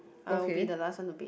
I'll be the last one to bathe